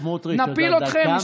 תודה.